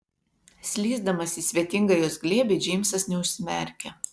slysdamas į svetingą jos glėbį džeimsas neužsimerkė